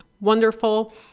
wonderful